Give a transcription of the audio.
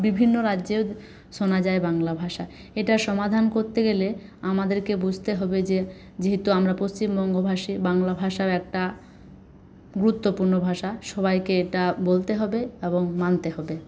বিভিন্ন রাজ্যেও শোনা যায় বাংলা ভাষা এটা সমাধান করতে গেলে আমাদেরকে বুঝতে হবে যে যেহেতু আমরা পশ্চিমবঙ্গভাষী বাংলা ভাষার একটা গুরুত্বপূর্ণ ভাষা সবাইকে এটা বলতে হবে এবং মানতে হবে